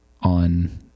on